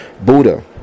Buddha